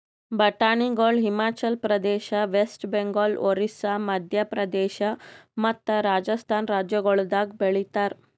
ಬಟಾಣಿಗೊಳ್ ಹಿಮಾಚಲ ಪ್ರದೇಶ, ವೆಸ್ಟ್ ಬೆಂಗಾಲ್, ಒರಿಸ್ಸಾ, ಮದ್ಯ ಪ್ರದೇಶ ಮತ್ತ ರಾಜಸ್ಥಾನ್ ರಾಜ್ಯಗೊಳ್ದಾಗ್ ಬೆಳಿತಾರ್